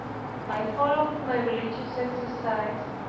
i followed my religious exercises.